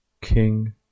King